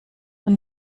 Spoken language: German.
von